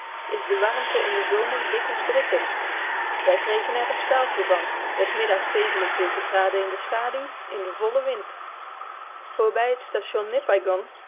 is de warmte in den zomer dikwijls drukkend wij kregen er een staaltje van des middags in de schaduw in den vollen wind voorbij het station